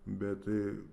bet tai